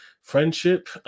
friendship